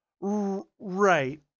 Right